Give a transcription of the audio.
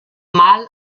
mal